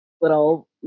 little